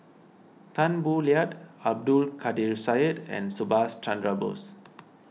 Tan Boo Liat Abdul Kadir Syed and Subhas Chandra Bose